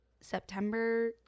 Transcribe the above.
September